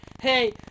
hey